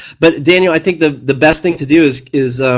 but daniel i think the the best thing to do is is